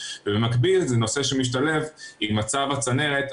ובמקביל זה נושא שמשתלב עם מצב הצנרת,